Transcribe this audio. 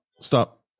stop